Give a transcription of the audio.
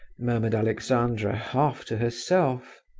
murmured alexandra, half to herself.